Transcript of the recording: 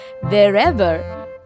wherever